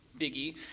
biggie